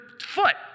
foot